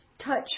touch